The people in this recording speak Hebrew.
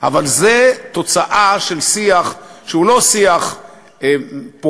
אבל זו תוצאה של שיח שהוא לא שיח פורה,